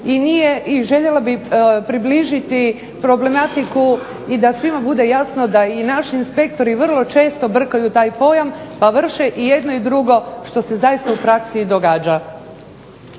i željela bih približiti problematiku i da svima bude jasno da i naši inspektori vrlo često brkaju taj pojam pa vrše i jedno i drugo što se zaista u praksi i događa.